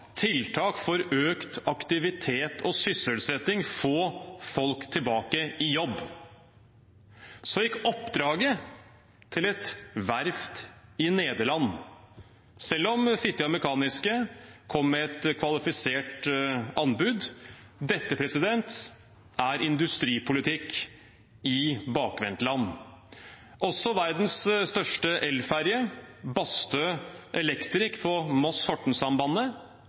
tiltak for økt aktivitet og sysselsetting, for å få folk tilbake i jobb. Så gikk oppdraget til et verft i Nederland, selv om Fitjar Mekaniske kom med et kvalifisert anbud. Dette er industripolitikk i bakvendtland. Også verdens største elferje, «Bastø Electric» på